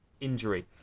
injury